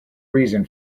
reason